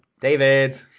David